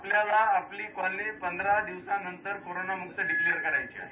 आपल्याला आपली कॉलनी पंधरा दिवसानंतर कोरोनामुक्त डीकलेअर करायची आहे